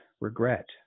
regret